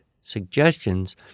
suggestions